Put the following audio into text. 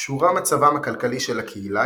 כשהורע מצבם הכלכלי של הקהילה,